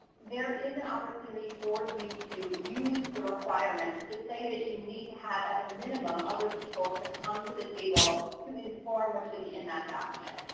there is an opportunity for you to use the requirements to say that you need to have at a minimum other people to come to the table to inform what should be in that document.